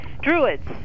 Druids